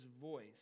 voice